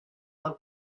del